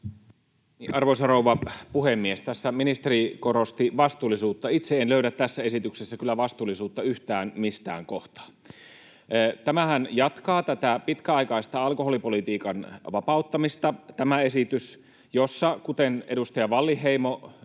Arvoisa rouva puhemies! Tässä ministeri korosti vastuullisuutta. Itse en löydä tässä esityksessä kyllä vastuullisuutta yhtään mistään kohtaa. Tämä esityshän jatkaa tätä pitkäaikaista alkoholipolitiikan vapauttamista, jossa — kuten edustaja Wallinheimo